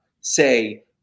say